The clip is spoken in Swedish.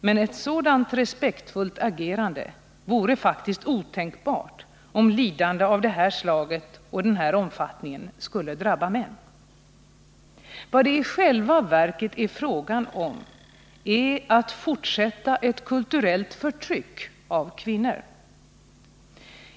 Men ett sådant respektfullt agerande vore faktiskt otänkbart om lidande av det här slaget och den här omfattningen skulle drabba män Vad det i själva verket är fråga om är att fortsätta ett kulturellt förtryck av kvinnor.